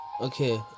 okay